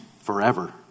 forever